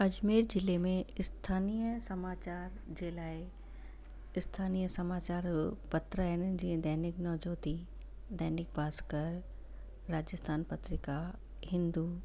अजमेर जिले में स्थानीय समाचार जे लाइ स्थानीय समाचार पत्र आहिनि जीअं दैनिक नव ज्योति दैनिक भास्कर राजस्थान पत्रिका हिंदू